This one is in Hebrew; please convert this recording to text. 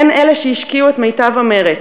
הן אלה שהשקיעו את מיטב המרץ,